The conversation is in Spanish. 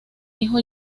hijo